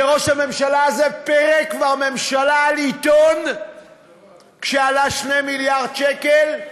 וראש הממשלה הזה כבר פירק ממשלה על עיתון שעלה 2 מיליארד שקל,